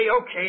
okay